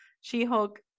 She-Hulk